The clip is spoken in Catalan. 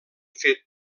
fet